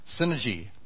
synergy